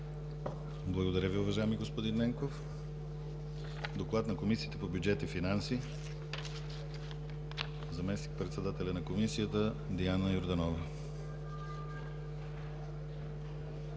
Благодаря Ви, уважаеми господин Ненков. Доклад на Комисията по бюджет и финанси. Думата има заместник-председателят на Комисията Диана Йорданова.